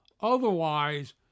Otherwise